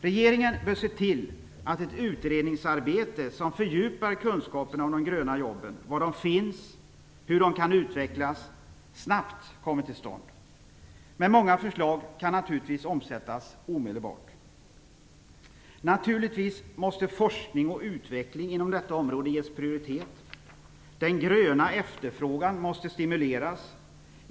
Regeringen bör se till att ett utredningsarbete snabbt kommer till stånd som fördjupar kunskaperna om de gröna jobben, var de finns och hur de kan utvecklas snabbt. Men många förslag kan omsättas omedelbart. Naturligtvis måste forskning och utveckling inom detta område ges prioritet. Den gröna efterfrågan måste stimuleras.